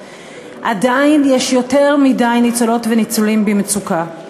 עדיין יש יותר מדי ניצולות וניצולים במצוקה.